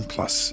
Plus